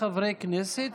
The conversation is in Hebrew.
מי באמצעות